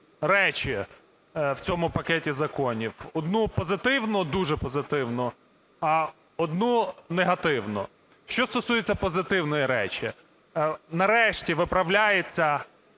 речі в цьому пакеті законів: одну позитивну, дуже позитивну, а одну негативну. Що стосується позитивної речі. Нарешті виправляється